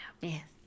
Yes